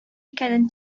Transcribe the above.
икәнен